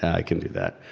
i can't do that,